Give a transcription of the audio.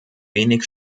wenig